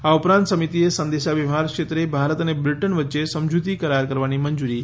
આ ઉપરાંત સમિતિએ સંદેશાવ્યવહાર ક્ષેત્રે ભારત અને બ્રિટન વચ્ચે સમજૂતી કરાર કરવાની મંજૂરી આપી છે